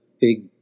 big